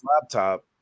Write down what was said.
laptop